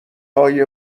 های